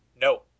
No